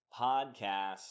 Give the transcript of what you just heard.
podcast